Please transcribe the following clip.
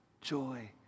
joy